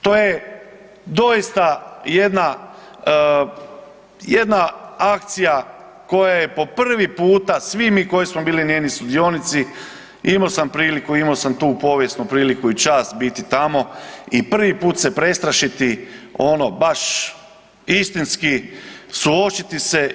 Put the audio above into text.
To je doista jedna akcija koja je po prvi puta, svi mi koji smo bili njeni sudionici imao sam priliku, imao sam tu povijesnu priliku i čast biti tamo i prvi put se prestrašiti ono baš istinski suočiti se.